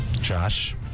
josh